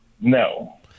No